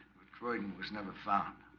croydon was never found